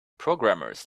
programmers